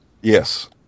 Yes